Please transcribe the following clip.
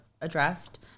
addressed